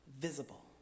visible